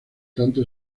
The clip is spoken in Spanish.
tanto